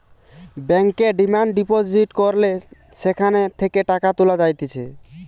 ব্যাংকে demand deposit করলে সেখান থেকে টাকা তুলা যাইতেছে